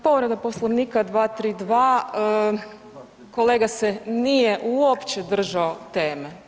Povreda Poslovnika 232. kolega se nije uopće držao teme.